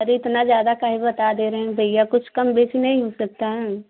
अरे इतना ज़्यादा काहे बता रहे दे रहे हैं भैया कुछ कमो बेशी नहीं हो सकती है